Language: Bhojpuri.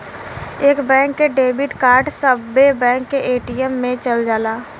एक बैंक के डेबिट कार्ड सब्बे बैंक के ए.टी.एम मे चल जाला